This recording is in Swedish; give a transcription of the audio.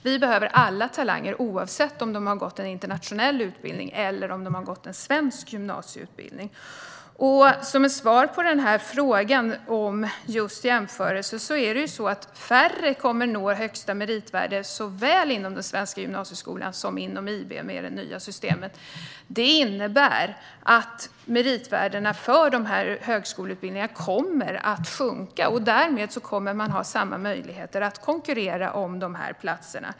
Vi behöver alla talanger, oavsett om de har gått en internationell utbildning eller en svensk gymnasieutbildning. Som svar på frågan om jämförelse vill jag säga att med det nya systemet kommer färre att nå högsta meritvärde såväl inom den svenska gymnasieskolan som inom IB. Detta innebär att meritvärdena för dessa högskoleutbildningar kommer att sjunka, och därmed kommer man att ha samma möjligheter att konkurrera om platserna.